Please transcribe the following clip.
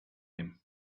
him